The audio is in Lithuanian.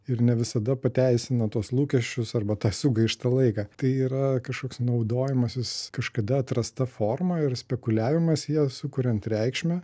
ir ne visada pateisina tuos lūkesčius arba tą sugaištą laiką tai yra kažkoks naudojimasis kažkada atrasta forma ir spekuliavimas ja sukuriant reikšmę